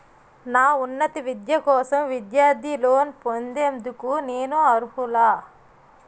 నా ఉన్నత విద్య కోసం విద్యార్థి లోన్ పొందేందుకు నేను అర్హులా?